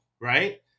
right